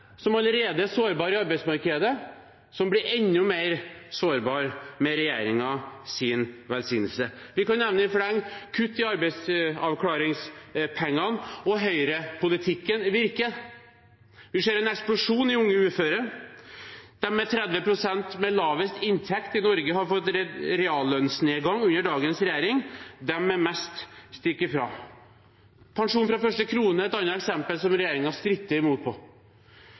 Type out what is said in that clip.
som allerede er sårbare i arbeidsmarkedet, blir enda mer sårbare med regjeringens velsignelse. Vi kan nevne i fleng: Kutt i arbeidsavklaringspengene, og høyrepolitikken virker. Vi ser en eksplosjon i unge uføre. De 30 pst. med lavest inntekt i Norge har fått reallønnsnedgang under dagens regjering, de med mest stikker fra. Pensjon fra første krone er et annet eksempel på noe som regjeringen stritter imot.